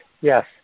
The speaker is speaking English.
yes